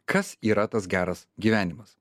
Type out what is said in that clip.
kas yra tas geras gyvenimas